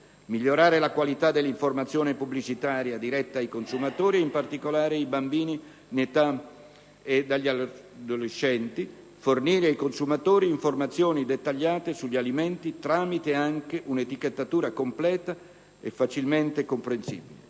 migliorare la qualità dell'informazione pubblicitaria diretta ai consumatori, in particolare ai bambini ed agli adolescenti; fornire ai consumatori informazioni dettagliate sugli alimenti, tramite anche un'etichettatura completa e facilmente comprensibile.